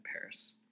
Paris